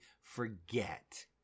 forget